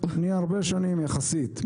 אני הרבה שנים יחסית.